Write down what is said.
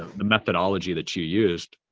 the methodology that you used,